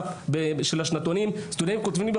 הבא